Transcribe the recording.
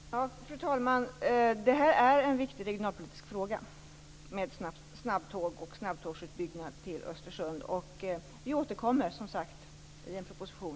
Fru talman! Snabbtågsutbyggnaden till Östersund är en viktig regionalpolitisk fråga, och vi återkommer, som sagt, ganska snart till den i en proposition.